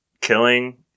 killing